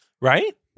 Right